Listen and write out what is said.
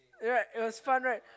right it was fun right